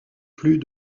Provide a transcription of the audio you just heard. plus